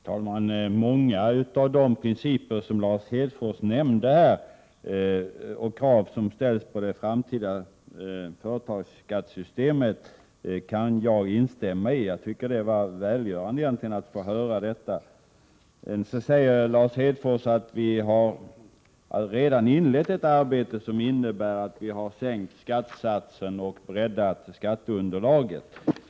Herr talman! Många av de principer som Lars Hedfors nämnde här och krav som ställs på det framtida företagsskattesystemet kan jag instämma i. Det var välgörande att få höra detta. Sedan säger Lars Hedfors att vi redan har inlett ett arbete som innebär att vi har sänkt skattesatsen och breddat skatteunderlaget.